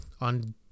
on